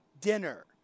dinner